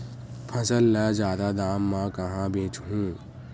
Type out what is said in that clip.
फसल ल जादा दाम म कहां बेचहु?